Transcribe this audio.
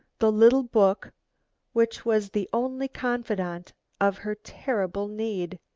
the little book which was the only confidant of her terrible need.